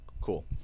Cool